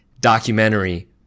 documentary